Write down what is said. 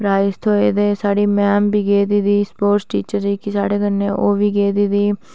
prize थ्होए साढ़ी madam बी गेदी ही स्पोर्टस टीचर ही जेह्ड़ी ओह्बी साढ़े कन्नै गेदी ही